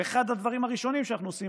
ואחד הדברים הראשונים שאנחנו עושים